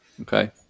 Okay